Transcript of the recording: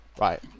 Right